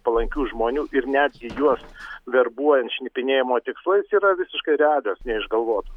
palankių žmonių ir netgi juos verbuojant šnipinėjimo tikslais yra visiškai realios neišgalvotos